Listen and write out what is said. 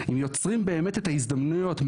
אם יוצרים באמת את ההזדמנויות,